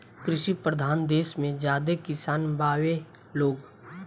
कृषि परधान देस मे ज्यादे किसान बावे लोग